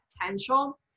potential